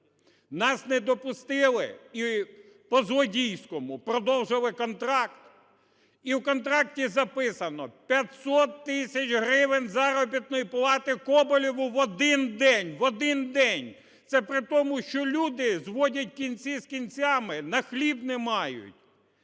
Нас не допустили і по-злодійському продовжили контракт. І в контракті записано: 500 тисяч гривень заробітної плати Коболєву в один день. В один день! Це при тому, що люди зводять кінці з кінцями, на хліб не мають.